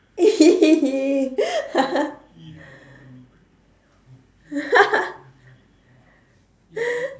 !ee!